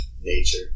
Nature